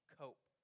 cope